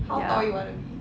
ya